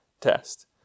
test